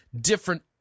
different